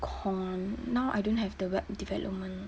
core [one] now I don't have the web development